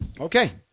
Okay